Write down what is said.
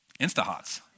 InstaHots